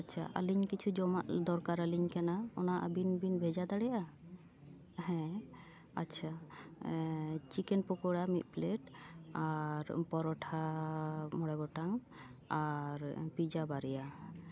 ᱟᱪᱪᱷᱟ ᱟᱹᱞᱤᱧ ᱠᱤᱪᱷᱩ ᱡᱚᱢᱟᱜ ᱫᱚᱨᱠᱟᱨ ᱟᱹᱞᱤᱧ ᱠᱟᱱᱟ ᱚᱱᱟ ᱟᱹᱵᱤᱱ ᱵᱤᱱ ᱵᱷᱮᱡᱟ ᱫᱟᱲᱮᱭᱟᱜᱼᱟ ᱦᱮᱸ ᱟᱪᱪᱷᱟ ᱪᱤᱠᱮᱱ ᱯᱚᱠᱳᱲᱟ ᱢᱤᱫ ᱯᱞᱮᱴ ᱟᱨ ᱯᱚᱨᱳᱴᱷᱟ ᱢᱚᱬᱮ ᱜᱚᱴᱟᱝ ᱟᱨ ᱯᱤᱡᱡᱟ ᱵᱟᱨᱭᱟ